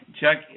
Chuck